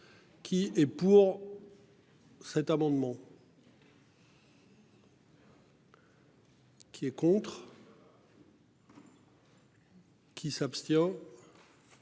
Qui est pour. Cet amendement. Qui est contre. Qui s'abstient.